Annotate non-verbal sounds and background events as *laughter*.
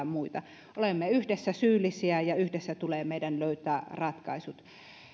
*unintelligible* muita olemme yhdessä syyllisiä ja yhdessä tulee meidän löytää ratkaisut